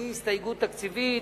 והיא הסתייגות תקציבית.